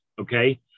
okay